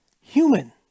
human